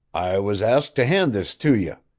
i was asked to hand this to ye.